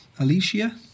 Alicia